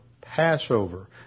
Passover